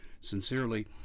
sincerely